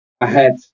ahead